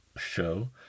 show